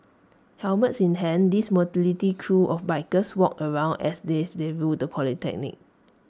helmets in hands these motley crew of bikers walked around as if they ruled the polytechnic